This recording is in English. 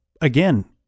again